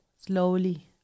slowly